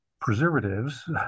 preservatives